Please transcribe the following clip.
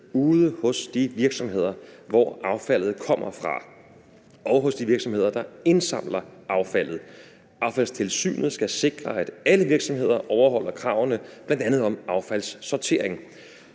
ude hos de virksomheder, hvor affaldet kommer fra, og hos de virksomheder, der indsamler affaldet. Affaldstilsynet skal sikre, at alle virksomheder overholder kravene, bl.a. om affaldssortering.